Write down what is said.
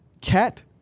Cat